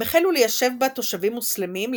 הם החלו ליישב בה תושבים מוסלמים,